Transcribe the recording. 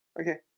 Okay